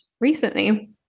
recently